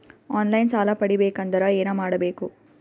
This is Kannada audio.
ಆನ್ ಲೈನ್ ಸಾಲ ಪಡಿಬೇಕಂದರ ಏನಮಾಡಬೇಕು?